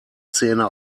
zähne